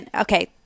Okay